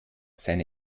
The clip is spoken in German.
seine